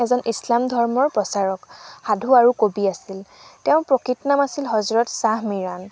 এজন ইছলাম ধৰ্মৰ প্ৰচাৰক সাধু আৰু কবি আছিল তেওঁৰ প্ৰকৃত নাম আছিল হজৰত শ্বাহ মিৰাণ